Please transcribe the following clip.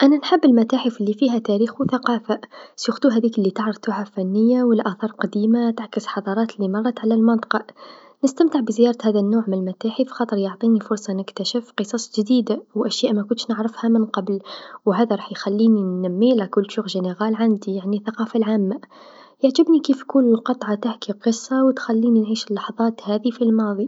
أنا نحب المتاحف لفيها تاريخ و ثقافه خاصة لتعرض تحف فنيه و الآثار القديمه تعكس الحضارات لمرت على المنطقه، نستمتع بزيارة هذا النوع من المتاحف على خاطر يعطيني فرصه نكتشف قصص جديده و أشياء مكنتش نعرفها من قبل و هذا راح يخليني نمي الثقافه العامه عندي، يعجبني كيف يكون القطعه تحكي قصه و تخليني نعيش اللحظات هاذي في الماضي.